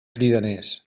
cridaners